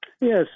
Yes